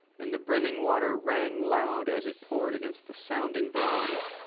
and the brimming water rang loud as it poured against the sounding bronze,